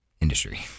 industry